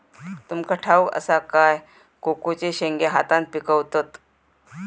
तुमका ठाउक असा काय कोकोचे शेंगे हातान पिकवतत